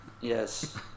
Yes